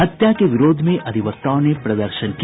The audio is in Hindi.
हत्या के विरोध में अधिवक्ताओं ने प्रदर्शन किया